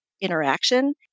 interaction